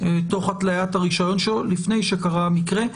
תוך התליית הרישיון שלו לפני שקרה המקרה?